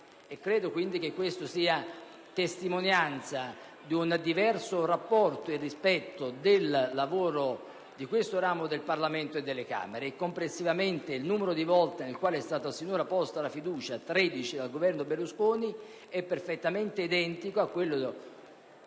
Credo, quindi, che questo sia testimonianza di un diverso rapporto e rispetto del lavoro di questo ramo del Parlamento e delle Camere. Va aggiunto che complessivamente il numero di volte in cui è stata sinora posta la fiducia dal Governo Berlusconi, tredici, è perfettamente identico al numero